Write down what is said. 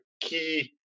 key